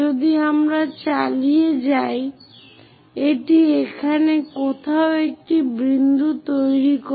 যদি আমরা চালিয়ে যাই এটি এখানে কোথাও একটি বিন্দু তৈরি করে